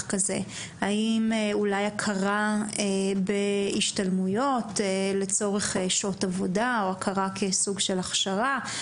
כזה: אולי הכרה בהשתלמויות לצורך שעות עבודה או הכרה כסוג של הכשרה,